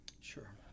Sure